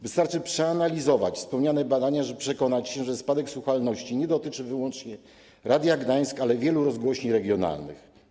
Wystarczy przeanalizować wspomniane badania, żeby przekonać się, że spadek słuchalności nie dotyczy wyłącznie Radia Gdańsk, ale wielu rozgłośni regionalnych.